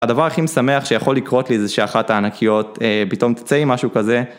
הדבר הכי משמח שיכול לקרות לי זה שאחת הענקיות אה, פתאום תצא עם משהו כזה.